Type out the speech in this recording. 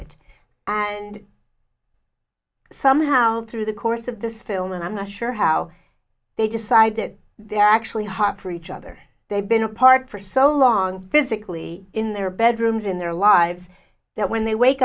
it and somehow through the course of this film and i'm not sure how they decide that they are actually hot for each other they've been apart for so long physically in their bedrooms in their lives that when they wake